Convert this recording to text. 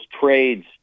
trades